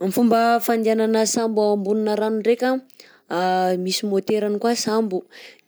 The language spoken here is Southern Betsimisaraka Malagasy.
Ny fomba fandianana sambo ambonina rano ndreka, misy moteur-ny koà sambo